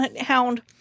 Hound